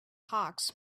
hawks